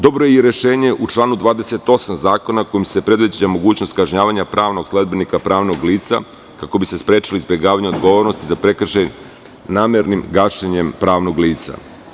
Dobro je i rešenje u članu 28. zakona, kojim se predviđa mogućnost kažnjavanja pravnog sledbenika pravnog lica, kako bi se sprečilo izbegavanje odgovornosti za prekršaj namernim gašenjem pravnog lica.